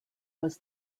was